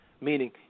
Meaning